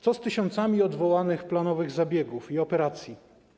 Co z tysiącami odwołanych planowych zabiegów i operacji?